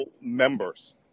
members